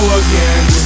again